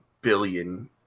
billion